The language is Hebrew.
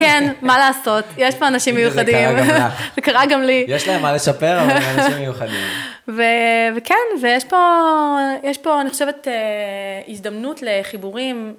כן, מה לעשות, יש פה אנשים מיוחדים, זה קרה גם לך, זה קרה גם לי, יש להם מה לשפר אבל הם אנשים מיוחדים, וכן ויש פה אני חושבת הזדמנות לחיבורים